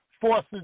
forces